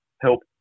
help